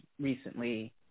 recently